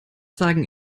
sagen